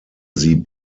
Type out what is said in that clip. sie